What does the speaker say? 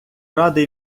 радий